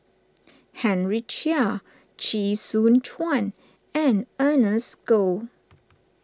Henry Chia Chee Soon Juan and Ernest Goh